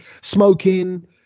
smoking